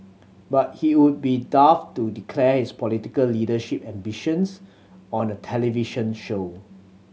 but he would be daft to declare his political leadership ambitions on a television show